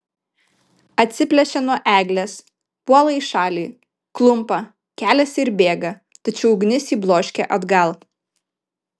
atsiplėšia nuo eglės puola į šalį klumpa keliasi ir bėga tačiau ugnis jį bloškia atgal